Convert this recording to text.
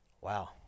Wow